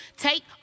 Take